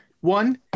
one